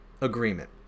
agreement